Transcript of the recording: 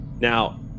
Now